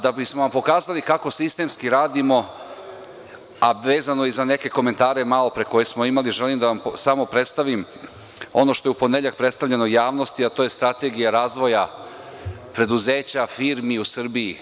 Da bismo vam pokazali kako sistemski radimo, a vezano je za neke komentare malopre koje smo imali, želim samo da vam predstavim ono što je u ponedeljak predstavljeno javnosti, a to je strategija razvoja preduzeća, firmi u Srbiji.